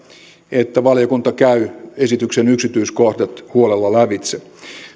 että valiokunta käy esityksen yksityiskohdat huolella lävitse